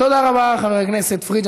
תודה רבה, חבר הכנסת פריג'.